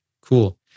Cool